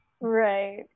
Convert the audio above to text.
Right